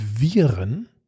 Viren